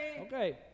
Okay